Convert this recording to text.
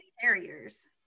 carriers